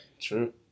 true